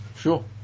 Sure